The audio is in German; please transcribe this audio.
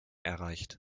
erreicht